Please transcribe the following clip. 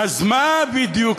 אז מה בדיוק?